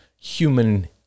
human